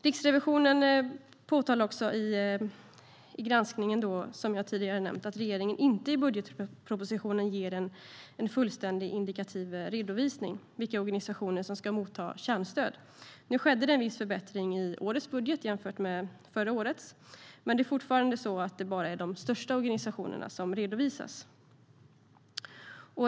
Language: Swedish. Riksrevisionen påtalar också i granskningen, som jag tidigare nämnt, att regeringen i budgetpropositionen inte ger en fullständig indikativ redovisning av vilka organisationer som ska motta kärnstöd. Nu skedde det en viss förbättring i årets budget jämfört med förra årets, men det är fortfarande så att det bara är de största organisationerna som redovisas.